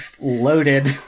loaded